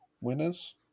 winners